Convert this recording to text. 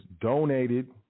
donated